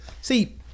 See